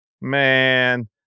Man